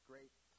great